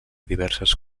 diverses